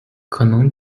可能